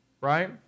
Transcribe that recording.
right